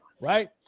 right